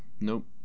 Nope